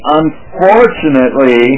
unfortunately